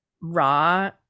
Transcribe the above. raw